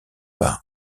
par